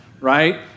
right